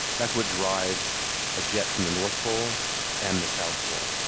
that's what drives a jet from the north pole and the south pole.